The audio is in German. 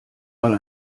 mal